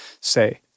say